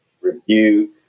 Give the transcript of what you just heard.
rebuke